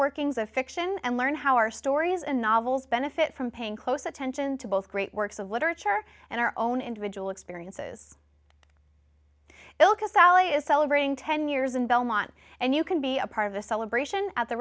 workings of fiction and learn how our stories and novels benefit from paying close attention to both great works of literature and our own individual experiences ilka sally is celebrating ten years in belmont and you can be a part of the celebration at the